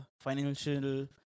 financial